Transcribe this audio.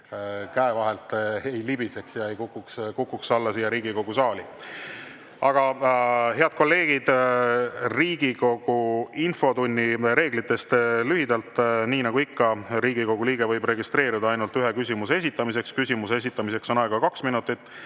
käe vahelt ei libiseks ega kukuks alla siia Riigikogu saali. Head kolleegid! Riigikogu infotunni reeglitest lühidalt. Nii nagu ikka, Riigikogu liige võib registreeruda ainult ühe küsimuse esitamiseks. Küsimuse esitamiseks on aega kaks minutit